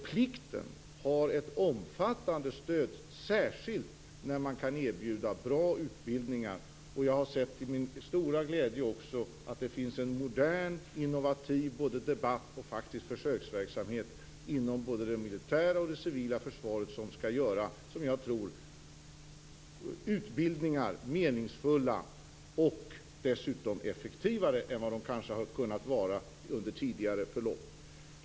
Plikten har alltså ett omfattande stöd, särskilt när man kan erbjuda bra utbildningar. Jag har också till min stora glädje sett att det finns en modern, innovativ debatt och faktiskt även försöksverksamhet inom både det militära och det civila försvaret som jag tror kommer att göra utbildningarna mer meningsfulla och dessutom effektivare än vad de kanske har varit under tidigare förlopp.